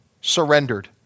surrendered